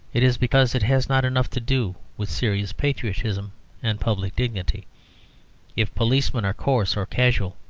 it is because it has not enough to do with serious patriotism and public dignity if policemen are coarse or casual,